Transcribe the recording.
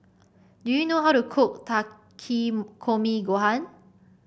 do you know how to cook Takikomi Gohan